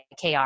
kr